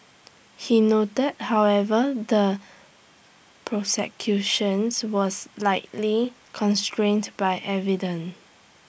he noted however the prosecutions was likely constrained by